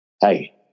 Hey